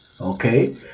okay